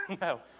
No